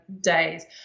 days